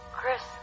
Chris